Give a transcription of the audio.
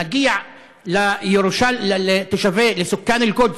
מגיע לתושבים, (אומר בערבית: